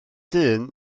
dyn